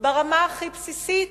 ברמה הכי בסיסית: